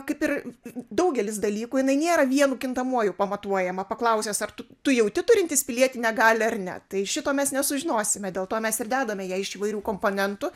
kaip ir daugelis dalykų jinai nėra vienu kintamuoju pamatuojama paklausęs ar tu tu jauti turintis pilietinę galią ar ne tai šito mes nesužinosime dėl to mes ir dedame ją iš įvairių komponentų